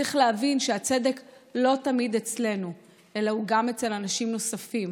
צריך להבין שהצדק לא תמיד אצלנו אלא הוא גם אצל אנשים נוספים,